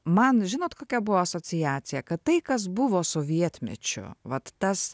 man žinot kokia buvo asociacija kad tai kas buvo sovietmečiu vat tas